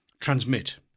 transmit